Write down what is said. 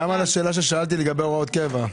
גם על השאלה ששאלתי לגבי הוראות קבע.